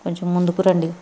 కొంచెం ముందుకు రండి